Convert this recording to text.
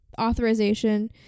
authorization